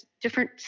different